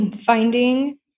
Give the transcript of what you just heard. finding